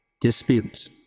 disputes